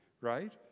right